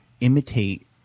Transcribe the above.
imitate